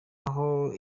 aho